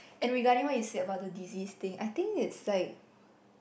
and regarding what is said about the disease thing I think it's like